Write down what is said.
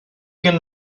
can